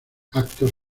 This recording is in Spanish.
actos